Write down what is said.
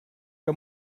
que